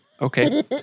Okay